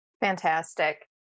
Fantastic